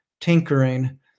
tinkering